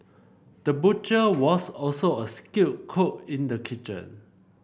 the butcher was also a skilled cook in the kitchen